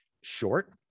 short